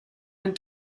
and